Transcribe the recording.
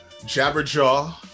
Jabberjaw